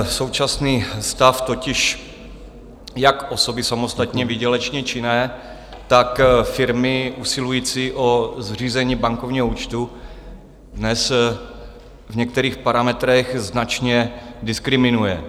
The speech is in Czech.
Současný stav totiž jak osoby samostatně výdělečně činné, tak firmy usilující o zřízení bankovního účtu dnes v některých parametrech značně diskriminuje.